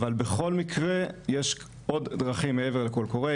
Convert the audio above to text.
אבל בכל מקרה יש עוד דרכים מעבר לקול קורא,